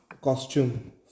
costume